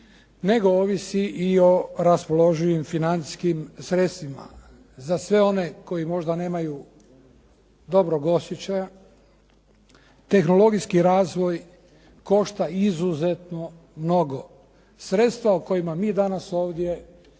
nego ovisi i o raspoloživim financijskim sredstvima. Za sve one koji možda nemaju dobrog osjećaja, tehnologijski razvoj košta izuzetno mnogo. Sredstva o kojima mi danas ovdje